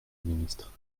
ministre